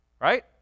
right